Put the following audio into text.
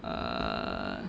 err